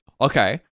okay